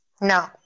no